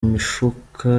mifuka